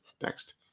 next